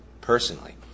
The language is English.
personally